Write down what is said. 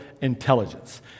intelligence